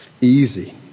easy